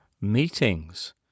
meetings